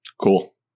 cool